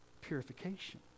purification